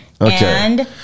Okay